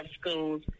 schools